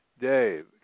Dave